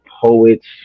Poets